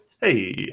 hey